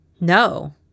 no